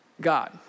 God